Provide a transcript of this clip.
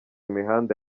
imihanda